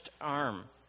arm